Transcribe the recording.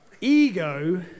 Ego